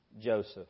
Joseph